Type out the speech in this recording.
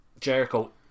Jericho